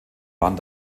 waren